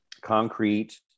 concrete